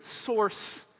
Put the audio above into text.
source